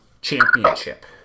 championship